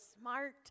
smart